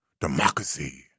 democracy